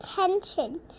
attention